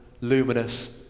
luminous